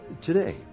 today